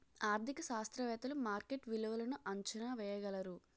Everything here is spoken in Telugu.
ఆర్థిక శాస్త్రవేత్తలు మార్కెట్ విలువలను అంచనా వేయగలరు